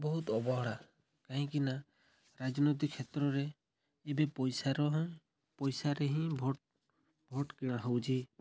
ବହୁତ ଅବହେଳା କାହିଁକି ନା ରାଜନୈତି କ୍ଷେତ୍ରରେ ଏବେ ପଇସାର ହଁ ପଇସାରେ ହିଁ ଭୋଟ୍ ଭୋଟ୍ କିଣା ହେଉଛି